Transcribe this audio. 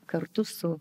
kartu su